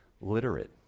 literate